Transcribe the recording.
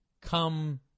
come